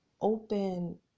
open